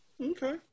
Okay